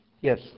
Yes